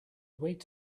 weight